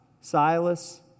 Silas